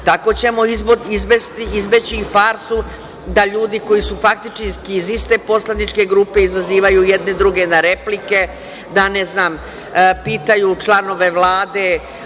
tako ćemo izbeći farsu da ljudi koji su faktički iz iste poslaničke grupe, izazivaju jedni druge na replike, na, ne znam, pitaju članove Vlade,